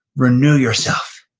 renew yourself.